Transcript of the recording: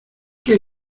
que